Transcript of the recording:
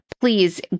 please